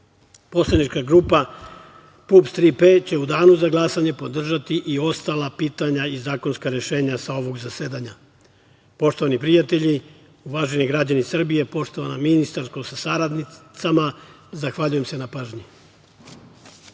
poslanička grupa PUPS „Tri P“ će u danu za glasanje podržati i ostala pitanja i zakonska rešenja sa ovog zasedanja. Poštovani prijatelji, uvaženi građani Srbije, poštovana ministarko sa saradnicama, zahvaljujem se na pažnji.